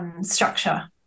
structure